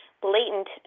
blatant